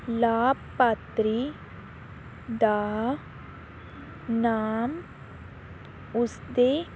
ਲਾਭਪਾਤਰੀ ਦਾ ਨਾਮ ਉਸਦੇ